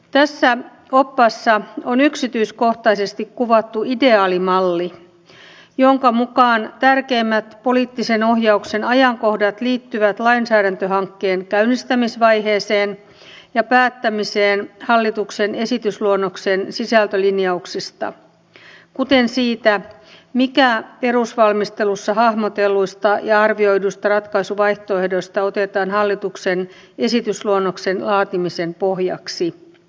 tässä oppaassa on yksityiskohtaisesti kuvattu ideaalimalli jonka mukaan tärkeimmät poliittisen ohjauksen ajankohdat liittyvät lainsäädäntöhankkeen käynnistämisvaiheeseen ja päättämiseen hallituksen esitysluonnoksen sisältölinjauksista kuten siitä mikä perusvalmistelussa hahmotelluista ja arvioiduista ratkaisuvaihtoehdoista otetaan hallituksen esitysluonnoksen laatimisen pohjaksi